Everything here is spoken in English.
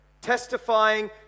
testifying